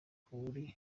kure